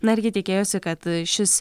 na ir ji tikėjosi kad šis